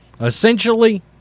essentially